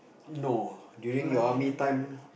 no during your army time